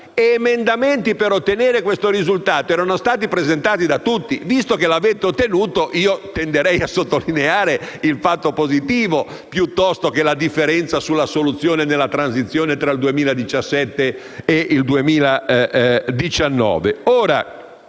ed emendamenti per ottenere tale risultato erano stati presentati da tutti. Visto che lo avete ottenuto, tenderei a sottolineare il fatto positivo piuttosto che la differenza sulla soluzione nella transizione tra il 2017 e il 2019.